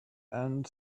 end